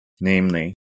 namely